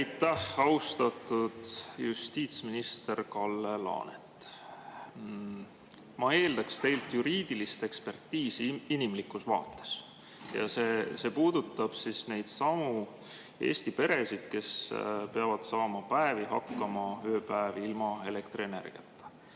Aitäh! Austatud justiitsminister Kalle Laanet! Ma eeldaks teilt juriidilist ekspertiisi inimlikus vaates. See puudutab neidsamu Eesti peresid, kes peavad saama ööpäevi hakkama ilma elektrienergiata.